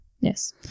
Yes